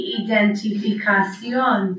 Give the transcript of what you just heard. identificación